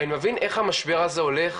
אני מבין איך המשבר הזה הולך